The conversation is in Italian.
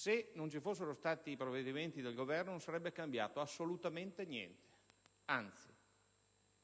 Se non fossero stati emanati i provvedimenti del Governo, non sarebbe cambiato assolutamente niente. Anzi,